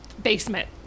basement